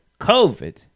COVID